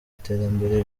iterambere